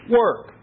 work